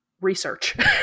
research